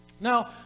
Now